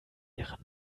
ihren